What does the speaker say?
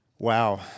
Wow